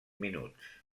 minuts